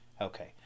okay